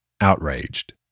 outraged